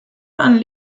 and